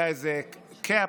היה איזה cap,